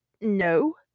no